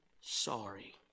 sorry